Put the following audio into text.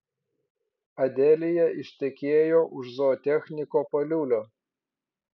adelija ištekėjo už zootechniko paliulio